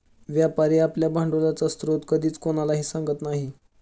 व्यापारी आपल्या भांडवलाचा स्रोत कधीच कोणालाही सांगत नाही